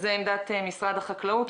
זאת עמדת משרד החקלאות.